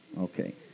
Okay